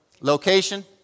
location